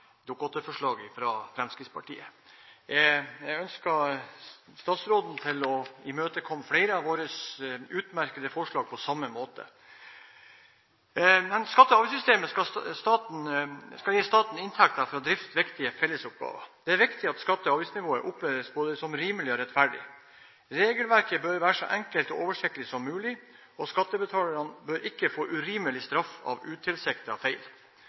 fra Fremskrittspartiet. Jeg ønsker at statsråden imøtekommer flere av våre utmerkete forslag på samme måte. Skatte- og avgiftssystemet skal gi staten inntekter for å drifte viktige fellesoppgaver. Det er viktig at skatte- og avgiftsnivået oppleves som rimelig og rettferdig. Regelverket bør være så enkelt og oversiktlig som mulig, og skattebetalerne bør ikke få urimelig straff av utilsiktede feil.